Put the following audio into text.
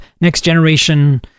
next-generation